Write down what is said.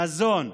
מזון,